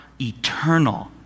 eternal